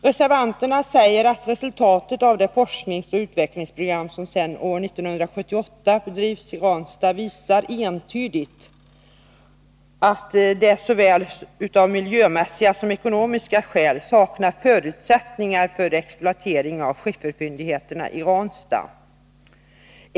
Reservanterna säger att resultaten av det forskningsoch utvecklingsprogram som sedan år 1978 bedrivs i Ranstad entydigt visar att det av såväl miljömässiga som ekonomiska skäl saknas förutsättningar för exploatering av skifferfyndigheternai Ranstad.